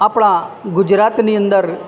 આપણા ગુજરાતની અંદર